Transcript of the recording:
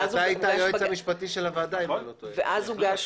ואז הוגש